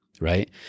right